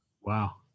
Wow